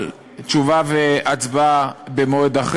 אני קיבלתי תשובה מהיועץ המשפטי,